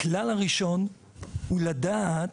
הכלל הראשון הוא לדעת